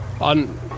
On